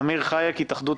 אמיר חייק - התאחדות